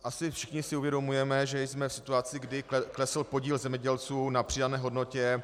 Asi si všichni uvědomujeme, že jsme v situaci, kdy klesl podíl zemědělců na přidané hodnotě.